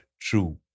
true